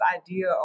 idea